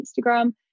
Instagram